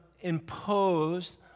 imposed